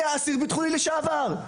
ע' היה אסיר ביטחוני לשעבר.